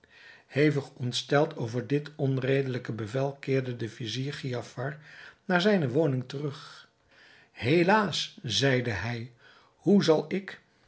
hevig ontsteld over dit onredelijke bevel keerde de vizier giafar naar zijne woning terug helaas zeide hij hoe zal ik